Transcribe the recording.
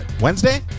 Wednesday